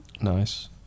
nice